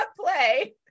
play